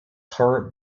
her